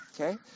Okay